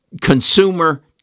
Consumer